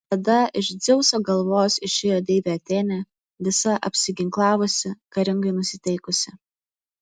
tada iš dzeuso galvos išėjo deivė atėnė visa apsiginklavusi karingai nusiteikusi